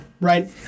right